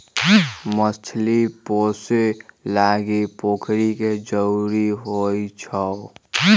मछरी पोशे लागी पोखरि के जरूरी होइ छै